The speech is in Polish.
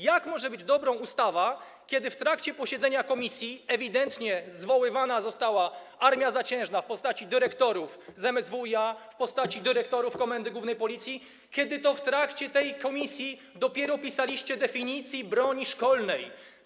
Jak to może być dobra ustawa, skoro w trakcie posiedzenia komisji ewidentnie zwoływana była armia zaciężna w postaci dyrektorów z MSWiA, w postaci dyrektorów Komendy Głównej Policji, kiedy w trakcie posiedzenia komisji dopiero pisaliście definicję broni szkolnej?